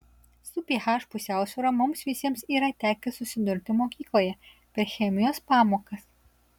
su ph pusiausvyra mums visiems yra tekę susidurti mokykloje per chemijos pamokas